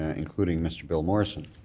ah including mr. bill morrison,